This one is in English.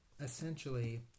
essentially